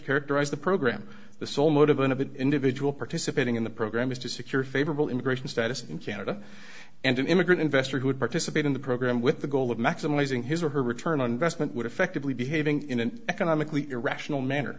characterize the program the sole motivation of an individual participating in the program is to secure a favorable immigration status in canada and an immigrant investor who would participate in the program with the goal of maximizing his or her return on investment would effectively behaving in an economically irrational manner